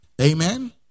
Amen